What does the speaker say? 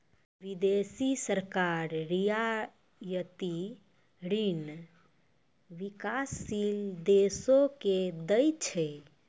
बिदेसी सरकार रियायती ऋण बिकासशील देसो के दै छै